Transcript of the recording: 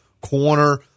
corner